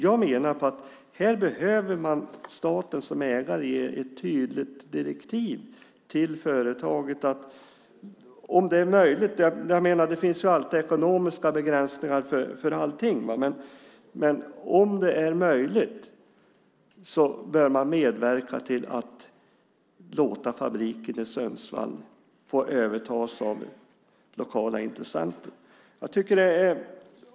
Jag menar att staten som ägare här behöver ge ett tydligt direktiv till företaget att man om det är möjligt - det finns ju alltid ekonomiska begränsningar för allting - bör medverka till att låta fabriken i Sundsvall övertas av lokala intressenter.